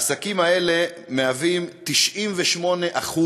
העסקים האלה מהווים 98%